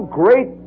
great